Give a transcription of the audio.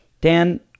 Dan